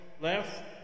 left